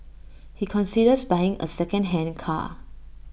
he considers buying A secondhand car